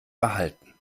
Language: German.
behalten